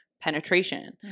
penetration